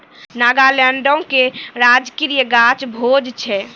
नागालैंडो के राजकीय गाछ भोज छै